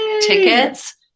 tickets